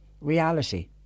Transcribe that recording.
reality